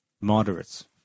moderates